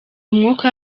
umwuka